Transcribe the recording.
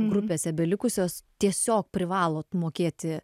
grupėse belikusios tiesiog privalot mokėti